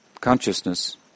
consciousness